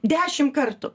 dešim kartų